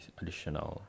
additional